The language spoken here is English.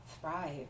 thrive